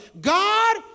God